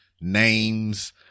names